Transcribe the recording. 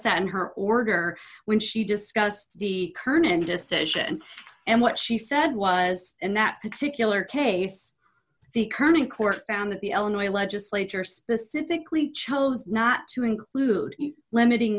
that in her order when she discussed the current decision and what she said was in that particular case the kerning court found that the illinois legislature specifically chose not to include limiting